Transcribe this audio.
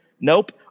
Nope